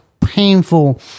painful